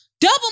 double